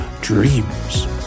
dreams